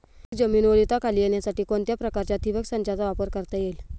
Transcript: अधिक जमीन ओलिताखाली येण्यासाठी कोणत्या प्रकारच्या ठिबक संचाचा वापर करता येईल?